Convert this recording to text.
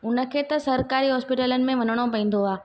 हुनखे त सरकारी हॉस्पिटलनि में वञिणो पवंदो आहे